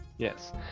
Yes